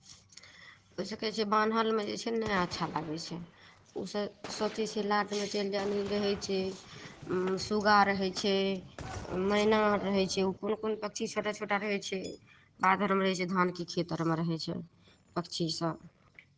ओहि सभके बान्हलमे जे छै ने अच्छा लागै छै ओसभ सोचै छै लाटमे चलि जायब एन्नऽ रहै छै सुग्गा रहै छै मैना रहै छै ओ कोन कोन पक्षी छोटा छोटा रहै छै बाध अरमे रहै छै धानके खेत अरमे रहै छै पक्षीसभ